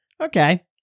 Okay